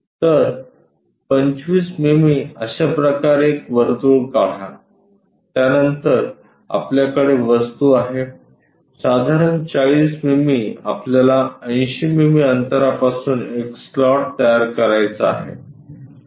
तर 25 मिमी अशा प्रकारे एक वर्तुळ काढा त्यानंतर आपल्याकडे वस्तू आहे साधारण 40 मिमी आपल्याला 80 मिमी अंतरापासून एक स्लॉट तयार करायचा आहे